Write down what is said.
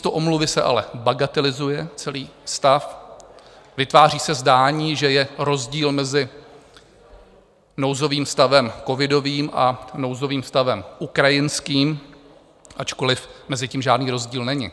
Místo omluvy se ale bagatelizuje celý stav, vytváří se zdání, že je rozdíl mezi nouzovým stavem covidovým a nouzovým stavem ukrajinským, ačkoliv mezi tím žádný rozdíl není.